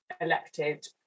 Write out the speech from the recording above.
elected